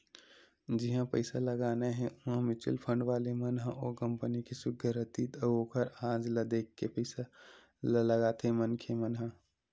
जिहाँ पइसा लगाना हे उहाँ म्युचुअल फंड वाले मन ह ओ कंपनी के सुग्घर अतीत अउ ओखर आज ल देख के पइसा ल लगाथे मनखे मन ह